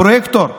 הפרויקטור.